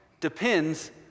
depends